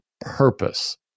purpose